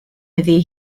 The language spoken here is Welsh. iddi